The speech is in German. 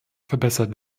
verbessert